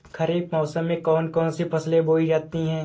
खरीफ मौसम में कौन कौन सी फसलें बोई जाती हैं?